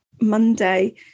Monday